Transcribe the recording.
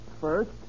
first